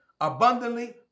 abundantly